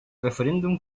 referéndum